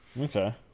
Okay